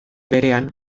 berean